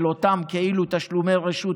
של אותם כאילו "תשלומי רשות",